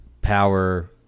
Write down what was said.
power